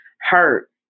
hurt